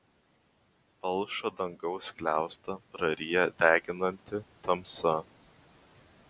palšą dangaus skliautą praryja deginanti tamsa